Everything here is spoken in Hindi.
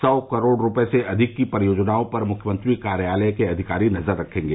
सौ करोड़ रूपये से अधिक की परियोजनाओं पर मुख्यमंत्री कार्यालय के अधिकारी नजर रखेंगे